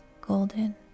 golden